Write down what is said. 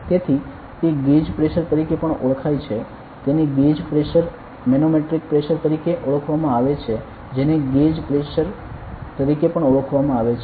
તેથી તે gauge pressure તરીકે પણ ઓળખાય છે તેને ગેજ પ્રેશર મેનોમેટ્રિક પ્રેશર તરીકે ઓળખવામાં આવે છે જેને ગેજ પ્રેશર તરીકે પણ ઓળખવામાં આવે છે